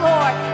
Lord